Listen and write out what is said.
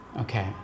Okay